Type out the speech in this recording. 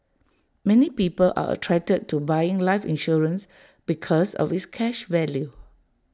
many people are attracted to buying life insurance because of its cash value